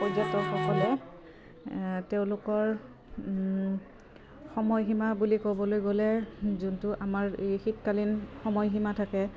পৰ্যটকসকলে তেওঁলোকৰ সময়সীমা বুলি ক'বলৈ গ'লে যোনটো আমাৰ এই শীতকালীন সময়সীমা থাকে